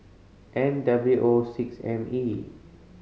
N W O six M E